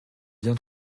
bien